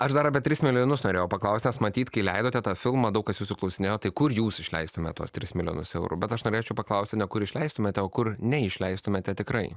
aš dar apie tris milijonus norėjau paklaust matyt kai leidote tą filmą daug kas jūsų klausinėjo tai kur jūs išleistumėt tuos tris milijonus eurų bet aš norėčiau paklausti ne kur išleistumėte o kur neišleistumėte tikrai